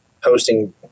hosting